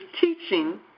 teaching